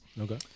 okay